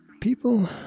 People